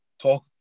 talk